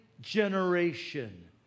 generation